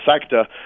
sector